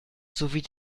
sowie